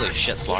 ah shipped